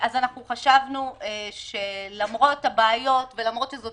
אנחנו חשבנו שלמרות הבעיות ולמרות שזו